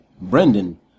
Brendan